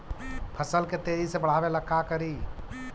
फसल के तेजी से बढ़ाबे ला का करि?